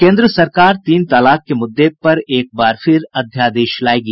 केन्द्र सरकार तीन तलाक के मुद्दे पर एक बार फिर अध्यादेश लायेगी